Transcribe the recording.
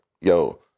yo